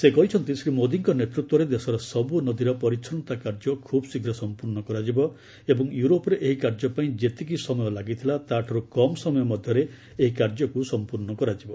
ସେ କହିଛନ୍ତି ଶ୍ରୀ ମୋଦୀଙ୍କ ନେତୃତ୍ୱରେ ଦେଶର ସବୁ ନଦୀର ପରିଚ୍ଛନ୍ନତା କାର୍ଯ୍ୟ ଖୁବ୍ ଶୀଘ୍ର ସମ୍ପର୍ଣ୍ଣ କରାଯିବ ଏବଂ ୟୁରୋପରେ ଏହି କାର୍ଯ୍ୟ ପାଇଁ ଯେତିକି ସମୟ ଲାଗିଥିଲା ତାଠାରୁ କମ୍ ସମୟ ମଧ୍ୟରେ ଏହି କାର୍ଯ୍ୟକୁ ସମ୍ପର୍ଣ୍ଣ କରାଯିବ